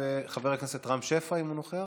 חבר הכנסת רם שפע, אם הוא נוכח,